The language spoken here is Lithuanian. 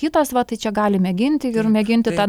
kitas va tai čia gali mėginti ir mėginti tą